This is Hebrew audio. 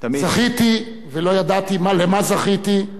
זכיתי, ולא ידעתי למה זכיתי,